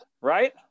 right